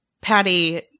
Patty